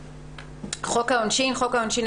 ""חוק העונשין" חוק העונשין,